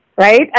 right